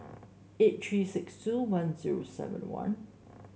eight three six two one zero seven one